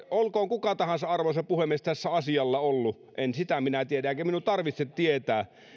olkoon kuka tahansa arvoisa puhemies tässä asialla ollut en sitä minä tiedä eikä minun tarvitse tietää